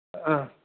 ஆ